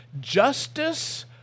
justice